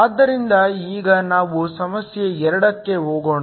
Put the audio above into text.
ಆದ್ದರಿಂದ ಈಗ ನಾವು ಸಮಸ್ಯೆ 2 ಕ್ಕೆ ಹೋಗೋಣ